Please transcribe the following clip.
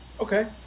okay